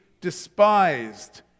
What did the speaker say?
despised